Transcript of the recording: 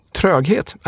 tröghet